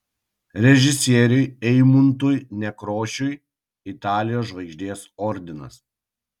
režisieriui eimuntui nekrošiui italijos žvaigždės ordinas